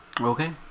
Okay